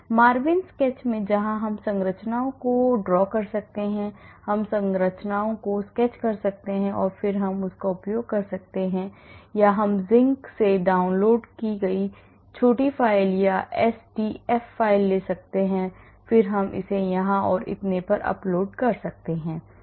MARVIN sketch में जहां हम संरचनाओं को खींच सकते हैं हम संरचना को स्केच कर सकते हैं और फिर हम इसका उपयोग कर सकते हैं या हम Zinc से डाउनलोड की गई छोटी फाइलें या SDF files ले सकते हैं और फिर हम इसे यहां और इतने पर अपलोड कर सकते हैं